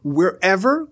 Wherever